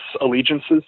allegiances